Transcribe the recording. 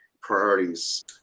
priorities